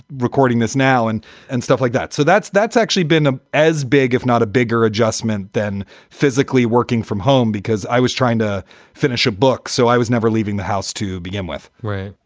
recording this now and and stuff like that. so that's that's actually been ah as big, if not a bigger adjustment than physically working from home because i was trying to finish a book, so i was never leaving the house to begin with right.